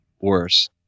worse